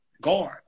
Guard